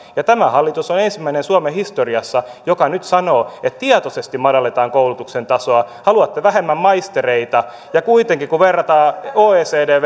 ja tämä hallitus on ensimmäinen suomen historiassa joka nyt sanoo että tietoisesti madalletaan koulutuksen tasoa haluatte vähemmän maistereita ja kuitenkin kun verrataan oecd